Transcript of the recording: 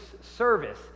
service